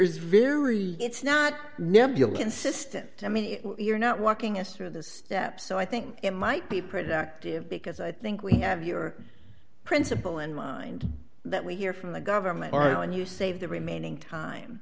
appears very it's not consistent i mean you're not walking us through the steps so i think it might be productive because i think we have your principle in mind that we hear from the government all right when you save the remaining time